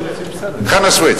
חנא סוייד.